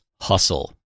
hustle